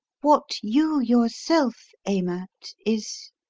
what you yourself aim at is?